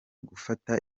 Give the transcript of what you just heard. gufata